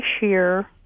sheer